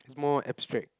it's more abstract